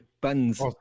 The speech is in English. Buns